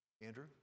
Andrew